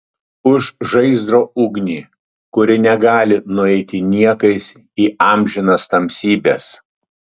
už žaizdro ugnį kuri negali nueiti niekais į amžinas tamsybes